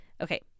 Okay